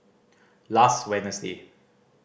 last Wednesday